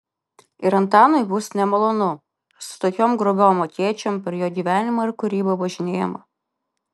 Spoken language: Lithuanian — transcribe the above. ir antanui bus nemalonu su tokiom grubiom akėčiom per jo gyvenimą ir kūrybą važinėjama